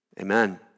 Amen